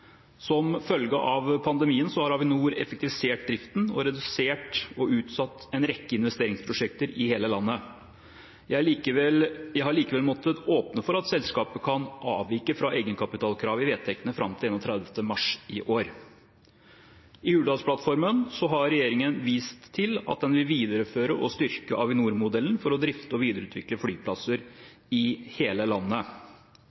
Som følge av pandemien har Avinor effektivisert driften og redusert og utsatt en rekke investeringsprosjekter i hele landet. Vi har likevel måttet åpne for at selskapet kan avvike fra egenkapitalkravet i vedtektene fram til 31. mars i år. I Hurdalsplattformen har regjeringen vist til at den vil videreføre og styrke Avinor-modellen for å drifte og videreutvikle